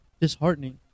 disheartening